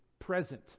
present